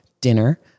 dinner